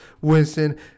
Winston